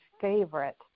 favorite